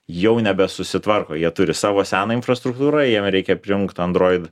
jau nebesusitvarko jie turi savo seną infrastruktūrą jiem reikia prijungt android